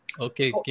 Okay